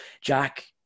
Jack